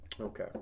Okay